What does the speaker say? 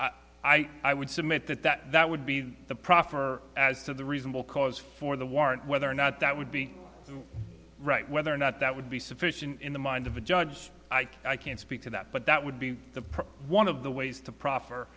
school i i would submit that that that would be the proffer as to the reasonable cause for the warrant whether or not that would be right whether or not that would be sufficient in the mind of a judge i can't speak to that but that would be the one of the ways to pro